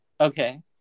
Okay